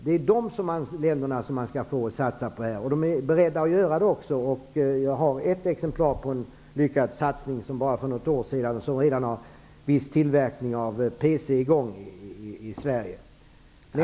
Det är sådana länder som man skall satsa på. Företagen är också beredda att göra det. Jag har ett exempel på en lyckad satsning för bara något år sedan, som har inneburit att det redan har satts i gång viss tillverkning av persondatorer i Sverige.